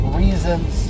reasons